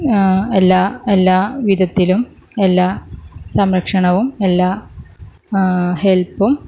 എല്ലാ എല്ലാ വിധത്തിലും എല്ലാ സംരക്ഷണവും എല്ലാ ഹെല്പ്പും